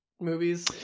movies